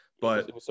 But-